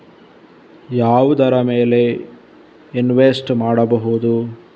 ಯಾವುದರ ಮೇಲೆ ಇನ್ವೆಸ್ಟ್ ಮಾಡಬಹುದು?